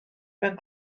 mewn